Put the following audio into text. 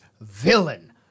villain